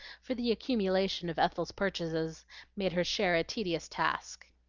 for the accumulation of ethel's purchases made her share a serious task.